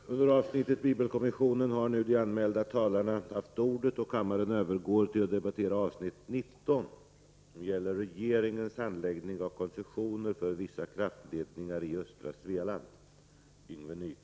Sedan de under avsnittet Bibelkommissionen anmälda talarna nu haft ordet övergår kammaren till att debattera avsnitt 19: Regeringens handlägg 109 ning av koncessioner för vissa kraftledningar i östra Svealand.